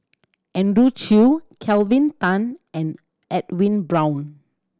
Andrew Chew Kelvin Tan and Edwin Brown